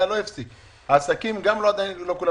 גם לא כל העסקים נפתחו.